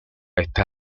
está